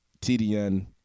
TDN